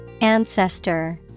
Ancestor